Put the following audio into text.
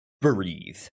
breathe